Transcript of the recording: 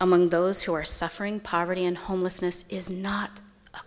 among those who are suffering poverty and homelessness is not a